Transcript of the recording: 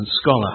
scholar